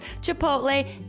Chipotle